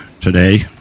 today